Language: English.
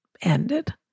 ended